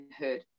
heard